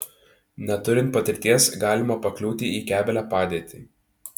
neturint patirties galima pakliūti į keblią padėtį